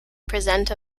present